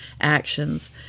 actions